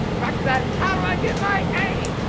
back to that, how do i get my a?